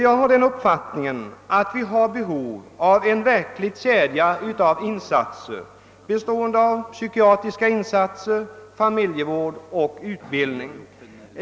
Jag har den uppfattningen att vi har behov av en verklig kedja av insatser bestående av psykiatrisk behandling, familjevård och utbildning.